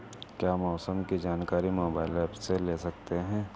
क्या मौसम की जानकारी मोबाइल ऐप से ले सकते हैं?